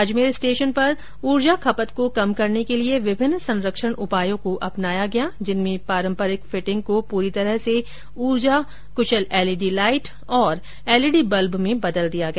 Ajmer station पर ऊर्जा खपत को कम करने के लिए विभिन्न संरक्षण उपायों को अपनाया गया जिनमें पारंपरिक फिटिंग को पूरी तरह से ऊर्जा कृशल एलईडी लाईट और एलईडी बल्ब में बदल दिया गया